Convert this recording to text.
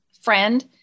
friend